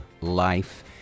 life